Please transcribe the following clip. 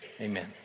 Amen